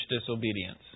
disobedience